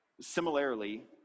Similarly